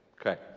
Okay